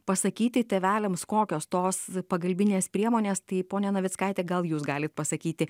pasakyti tėveliams kokios tos pagalbinės priemonės tai ponia navickaite gal jūs galit pasakyti